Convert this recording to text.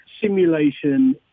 simulation